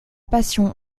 passion